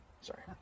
Sorry